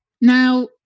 Now